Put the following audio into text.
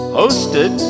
hosted